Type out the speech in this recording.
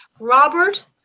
Robert